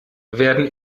werden